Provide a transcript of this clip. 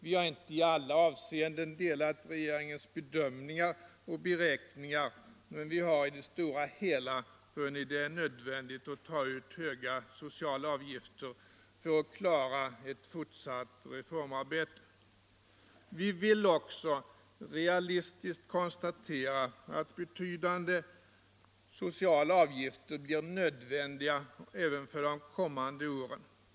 Vi har inte i alla avseenden delat regeringens bedömningar och beräkningar, men vi har i det stora hela funnit det nödvändigt att ta ut höga sociala avgifter för att klara ett fortsatt reformarbete. Vi vill också realistiskt konstatera att betydande sociala avgifter blir nödvändiga även för de kommande åren.